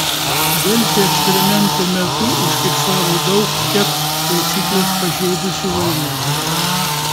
delfi eksperimento metu užfiksavo daug ket taisykles pažeidusių vairuotojų